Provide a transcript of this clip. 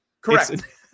Correct